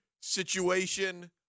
situation